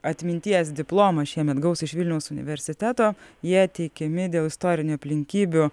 atminties diplomą šiemet gaus iš vilniaus universiteto jie teikiami dėl istorinių aplinkybių